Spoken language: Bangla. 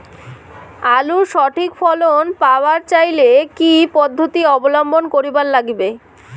আলুর সঠিক ফলন পাবার চাইলে কি কি পদ্ধতি অবলম্বন করিবার লাগবে?